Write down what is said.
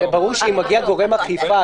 ברור שאם מגיע גורם אכיפה,